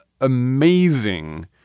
amazing